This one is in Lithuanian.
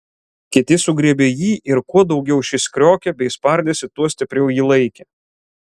kiti sugriebė jį ir kuo daugiau šis kriokė bei spardėsi tuo stipriau jį laikė